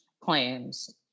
claims